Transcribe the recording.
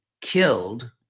killed